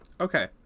Okay